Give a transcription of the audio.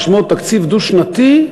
ששמו תקציב דו-שנתי,